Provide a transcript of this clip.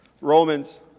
Romans